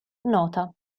nota